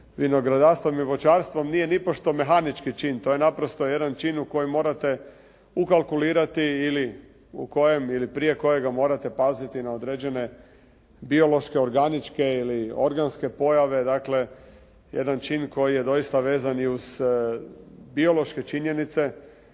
vinogradarstvom i voćarstvom nije nipošto mehanički čin, to je naprosto jedan čin u koji morate ukalkulirati u kojem ili prije kojega morate paziti na određene biološke, organičke ili organske pojave, dakle, jedan čin koji je doista vezan i uz biološke činjenice